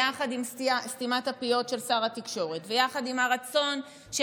יחד עם סתימת הפיות של שר התקשורת ויחד עם הרצון של